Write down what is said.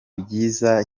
byiza